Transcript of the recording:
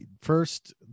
first